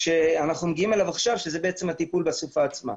שאנחנו מגיעים אליו עכשיו שזה בעצם הטיפול בסופה עצמה.